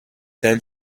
then